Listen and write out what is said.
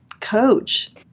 coach